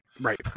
Right